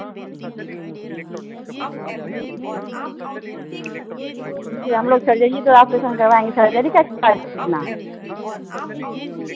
ठीक है हम लोग सर्जरी ऑपरेशन करवाएँगे सर्जरी का चार्ज कितना